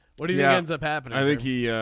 what he yeah ends up happened. i think he